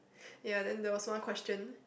ya then there was one question